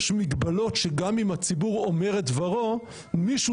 יש מגבלות שגם אם הציבור אומר את דברו מישהו